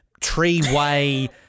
Treeway